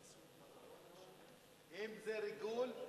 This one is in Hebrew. אם זה ריגול,